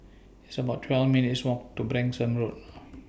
It's about twelve minutes' Walk to Branksome Road